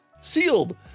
sealed